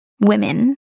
women